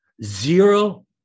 Zero